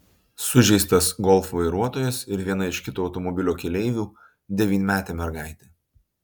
sužeistas golf vairuotojas ir viena iš kito automobilio keleivių devynmetė mergaitė